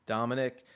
Dominic